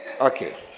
okay